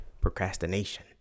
procrastination